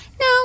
no